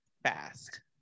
fast